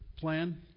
plan